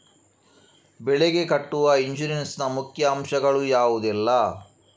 ಬೆಳೆಗೆ ಕಟ್ಟುವ ಇನ್ಸೂರೆನ್ಸ್ ನ ಮುಖ್ಯ ಅಂಶ ಗಳು ಯಾವುದೆಲ್ಲ?